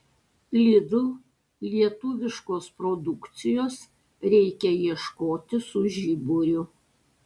lidl lietuviškos produkcijos reikia ieškoti su žiburiu